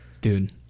Dude